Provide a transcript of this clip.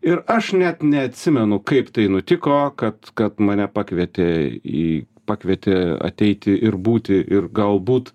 ir aš net neatsimenu kaip tai nutiko kad kad mane pakvietė į pakvietė ateiti ir būti ir galbūt